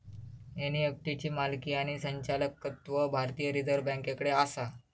NEFT ची मालकी आणि संचालकत्व भारतीय रिझर्व बँकेकडे आसा